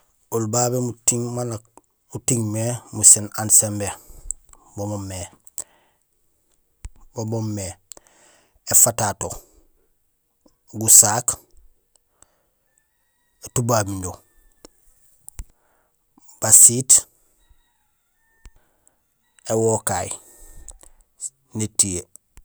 Oli babé muting maan nak uting mé muséén aan simbé mo moomé éfatato, gasaak, étubabuño, basiit, éwokay, nétiyee.